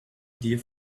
dear